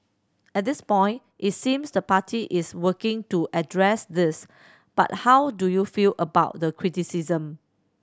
at this point it seems the party is working to address this but how do you feel about the criticism